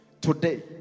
Today